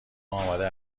آماده